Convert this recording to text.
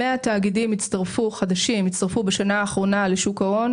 100 תאגידים חדשים הצטרפו בשנה האחרונה לשוק ההון,